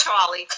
Charlie